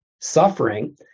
suffering